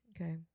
okay